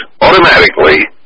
automatically